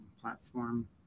platform